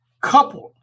coupled